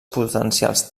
potencials